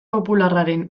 popularraren